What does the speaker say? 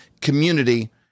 community